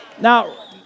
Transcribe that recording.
Now